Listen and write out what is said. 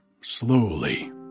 slowly